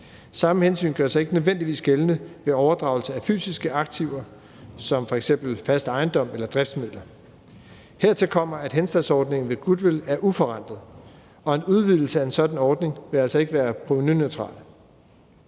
Samme hensyn gør sig ikke nødvendigvis gældende ved overdragelse af fysiske aktiver som f.eks. fast ejendom eller driftsmidler. Hertil kommer, at henstandsordningen ved goodwill er uforrentet, og at en udvidelse af en sådan ordning altså ikke vil være provenuneutral.